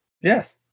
Yes